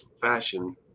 fashion